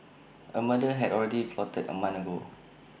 A murder had already been plotted A month ago